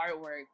artwork